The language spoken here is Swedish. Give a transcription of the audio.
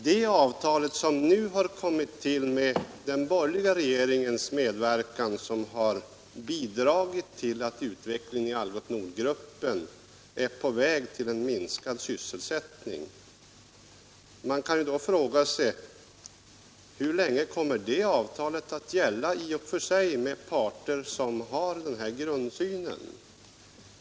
Det avtal som nu kommit till stånd med den borgerliga regeringens medverkan har alltså bidragit till att utvecklingen i Algots Nord-gruppen är på väg mot en minskad sysselsättning. Man kan då fråga sig hur länge det avtalet kommer att gälla med parter som har den här grundsynen.